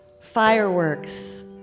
Fireworks